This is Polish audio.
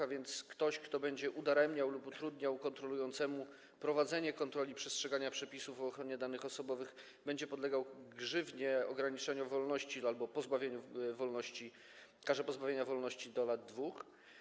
A więc ktoś, kto będzie udaremniał lub utrudniał kontrolującemu prowadzenie kontroli przestrzegania przepisów o ochronie danych osobowych, będzie podlegał grzywnie, ograniczeniu wolności albo karze pozbawienia wolności do lat 2.